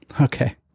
Okay